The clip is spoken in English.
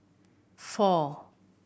four